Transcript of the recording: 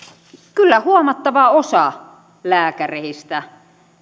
kyllä huomattava osa lääkäreistä